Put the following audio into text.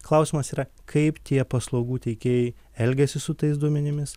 klausimas yra kaip tie paslaugų teikėjai elgiasi su tais duomenimis